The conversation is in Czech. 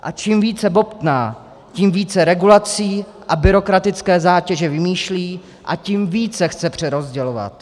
A čím více bobtná, tím více regulací a byrokratické zátěže vymýšlí a tím více chce přerozdělovat.